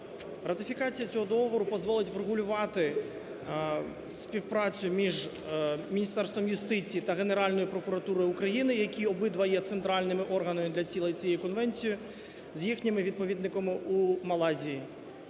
Ратифікація цього договору дозволить врегулювати співпрацю між Міністерством юстиції та Генеральною прокуратурою України, які обидва є центральними органами для цілей цієї конвенції з їхніми відповідниками у Малайзії.